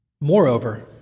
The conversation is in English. Moreover